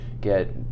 get